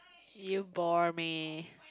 you bored me